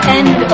end